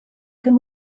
can